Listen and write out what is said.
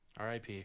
RIP